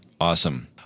Awesome